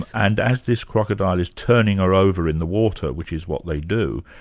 and as this crocodile is turning her over in the water, which is what they do,